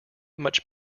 much